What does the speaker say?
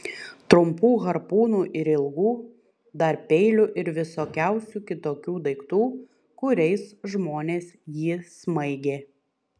trumpų harpūnų ir ilgų dar peilių ir visokiausių kitokių daiktų kuriais žmonės jį smaigė